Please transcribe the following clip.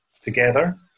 together